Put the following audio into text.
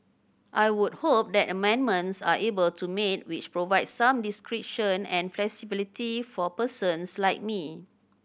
I would hope that amendments are able to made which provide some discretion and flexibility for persons like me